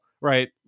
right